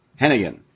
Hennigan